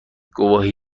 گواهی